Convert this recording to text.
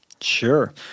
Sure